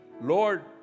Lord